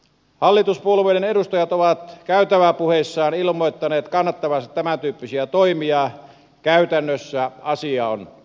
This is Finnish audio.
hallituspuolueiden edustajat ovat käytäväpuheissaan ilmoittaneet kannattavansa tämäntyyppisiä toimia käytännössä asia on toinen